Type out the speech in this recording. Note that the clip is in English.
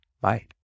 Bye